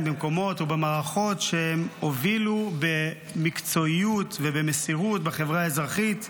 במקומות ובמערכות שהם הובילו במקצועיות ובמסירות בחברה האזרחית.